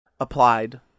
applied